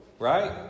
Right